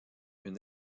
une